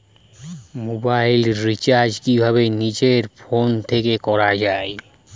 Mobile recharge কিভাবে নিজের phone থেকে করা য়ায়?